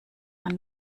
man